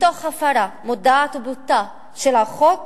ותוך הפרה מודעת ובוטה של החוק